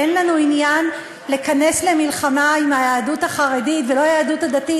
אין לנו עניין להיכנס למלחמה עם היהדות החרדית ולא עם היהדות הדתית.